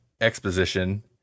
exposition